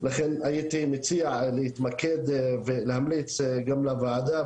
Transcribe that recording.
לכן הייתי מציע להתמקד ולהמליץ גם לוועדה,